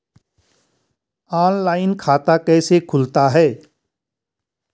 Online खाता कैसे खुलता है?